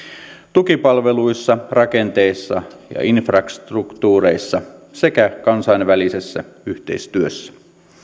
tukipalveluissa rakenteissa ja infrastruktuureissa sekä kansainvälisessä yhteistyössä